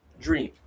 Dream